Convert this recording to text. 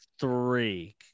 Three